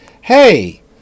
hey